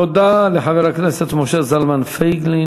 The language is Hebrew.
תודה לחבר הכנסת משה זלמן פייגלין.